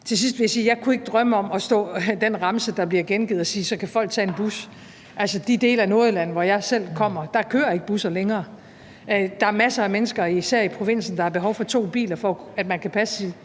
Til sidst vil jeg sige, at jeg ikke kunne drømme om at stå og sige den remse, der bliver gengivet, om, at så folk kan tage en bus. I de dele af Nordjylland, hvor jeg selv kommer, kører der ikke busser længere. Der er masser af mennesker, især i provinsen, der har behov for to biler, for at man kan passe sit